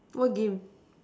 what game